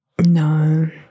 No